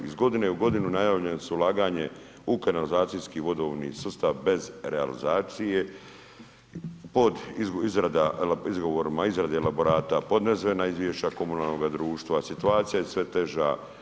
Iz godine u godinu najavljena su ulaganja u kanalizacijski vodovni sustav bez realizacije pod izgovorima izrade elaborata, podnesena izvješća komunalnoga društva, situacija je sve teža.